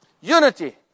Unity